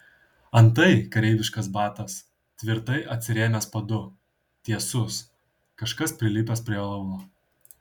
antai kareiviškas batas tvirtai atsirėmęs padu tiesus kažkas prilipęs prie aulo